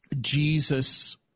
Jesus